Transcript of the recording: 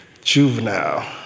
juvenile